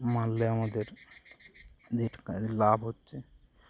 মারলে আমাদের লাভ হচ্ছে